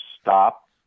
stop